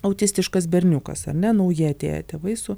autistiškas berniukas ar ne nauji atėję tėvai su